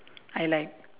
I like